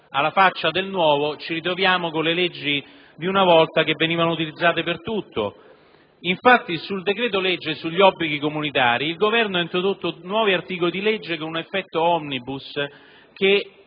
alla faccia del nuovo, ci ritroviamo di fronte alle leggi di una volta, che venivano utilizzate per tutto. Nel decreto-legge sugli obblighi comunitari il Governo ha introdotto nuovi articoli di legge con un effetto *omnibus,*